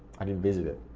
i didn't visit it.